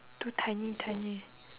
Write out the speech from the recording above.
two tiny tiny